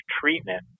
treatment